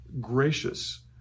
gracious